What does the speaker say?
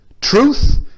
truth